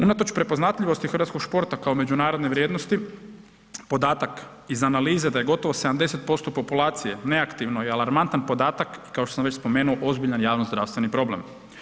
Unatoč prepoznatljivosti hrvatskog športa kao međunarodne vrijednosti, podatak iz analize da je gotovo 70% populacije neaktivne je alarmantan podatak i kao što sam već spomenuo, ozbiljan javno zdravstveni problem.